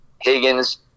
Higgins